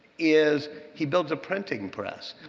is he builds a printing press.